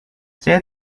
saya